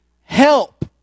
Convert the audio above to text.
help